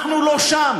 אנחנו לא שם,